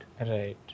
Right